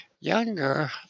younger